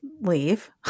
leave